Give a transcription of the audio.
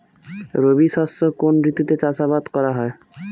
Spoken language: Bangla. রবি শস্য কোন ঋতুতে চাষাবাদ করা হয়?